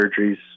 surgeries